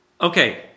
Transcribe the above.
Okay